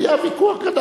היה ויכוח גדול.